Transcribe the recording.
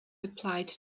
applied